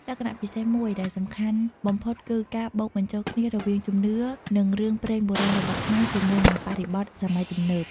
លក្ខណៈពិសេសមួយដែលសំខាន់បំផុតគឺការបូកបញ្ចូលគ្នារវាងជំនឿ និងរឿងព្រេងបុរាណរបស់ខ្មែរជាមួយនឹងបរិបទសម័យទំនើប។